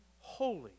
holy